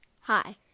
Hi